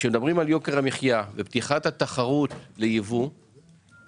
כשמדברים על יוקר המחיה ועל פתיחת התחרות לייבוא נוצר